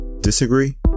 Disagree